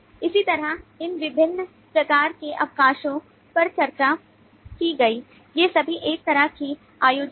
इसी तरह इन विभिन्न प्रकार के अवकाशों पर चर्चा की गई ये सभी एक तरह के आयोजन हैं